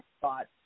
thought